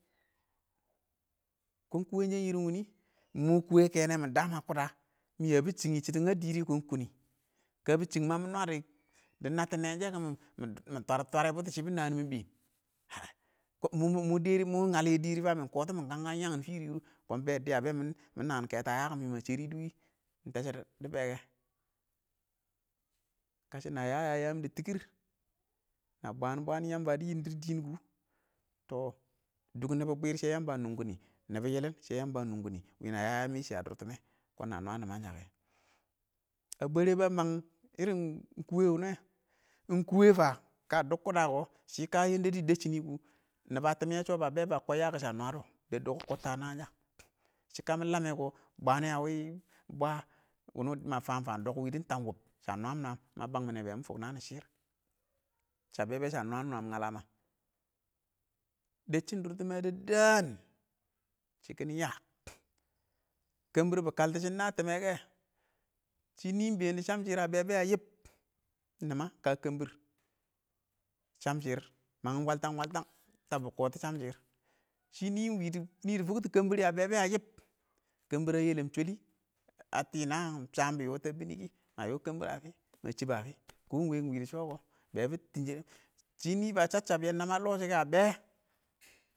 Kʊn kuwen shɛ ɪrɪng wʊnɪ, mʊ kʊwɛ nɛ mɪ daam ə kʊ da, mɪ ya bɪ chɪngyɪ shɪdɔ ə dɪrɪ kʊn kunɪ, kə bɪ chik ma mɪ nwa dɪ,dɪ nəttɔ nenshin kʊ nəmɪ tɔrɛ-tɔrɛ bʊtʊ shɪ bɪ nan mɪn been, hə ə kʊn mɔ mʊ mɪ dɛrɛ ɪng mɔo mɪ ngal yɛ dɛrɪ fə mɪn kotɪ mɪng kan ɪng yang fɪrɪ wʊrʊ kʊn ma bɛ dɪyə bɛ mɪ naan keto a yəkɔn kʊn mɪ nəmə shərɪ dʊ wɪɪng təshɔ dɪ be kɛ, kashɪnə yə yə yəən dɪ tɪkɪr, na bwan bwan yamba dɪ nɪndɪr dɪɪn kʊ, tɔ dʊk shɪdɔ kwɛr shɛ yamba ə nʊng kɪnɪ,nɪbɪ yɪlɪn shɛ yamba ə nʊng kɪnɪ ,wɪnə yə yəəm yɛ shɪ ə dʊrtɪmɛ kʊn na nwa nɪm man shə kɛ, a bwaren bə məng ɪrɪn kuwe wʊnɛ, ɪng kuwe fə kə dʊb kʊfdə kɔ, shɪ kə yendɛrɪ dɪ dɛsshɪnɛ kɔ, nɪbə tɪm yɛ sho bə be kɔb yako kʊ na sha nwadɔ deb dɔkkɔ kɔttɛ ə naan shə, shɪ kə mɪ lammɛ kɔ, bwən nɛ ə wɪ bwə wʊnʊ mə fəən fəm dɔkkɔ dɪn tab ɪng wub sha nwam nwan mə bəən mɪnɛ mɪ fʊk nənɪ shɪr shə bɛ bɛ, bɛ shə nwam nwam ngələ mə decchin dʊr tɪmmɛ dɪ daan ,shɪ kɪnɪ yə, kambɪr bɪ kaltɔ shɪn na tɪmmɛ kɛ, shɪn nɪ ɪng been dɪ sham shɪr ə bɛ ya yɪb, ɪng nɪmə ɪng kə kambir sham shɪr, məng wəl təng wəl təng təbbɪ kɔtɔ sham shɪrr shɪn nɪ ɪng wɪ nɪ dɪ fʊktɔ kəmbɪr ə bɛ bɛ yɪb kambɪr a yɛlɛm shwəlɪ, a tɪ naan sham bɪ yɔtɔ ə bɪnɪ kɪ, məwɔɔ kəmbɪr ə fɪ, mə chɪb ə fɪ, kə wə ɪng wɪ dɪ sho kɔ bɛ bɪ tɪnshɪ nɪ,shɪn ɪng nɪ bə chə cchəb nyən nəmɛ ə lɔɔ sɔ kɛ ə bɛ.